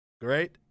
Great